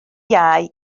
iau